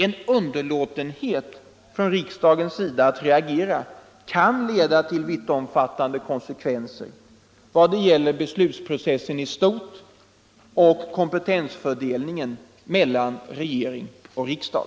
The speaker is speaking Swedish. En underlåtenhet från riksdagens sida att reagera kan leda till vittomfattande konsekvenser vad gäller beslutsprocessen i stort och kompetensfördelningen mellan regering och riksdag.